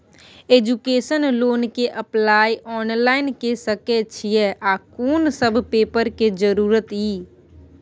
Education loan के apply online के सके छिए आ कोन सब पेपर के जरूरत इ?